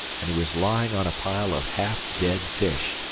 and he was lying on a pile of half-dead fish,